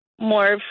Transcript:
more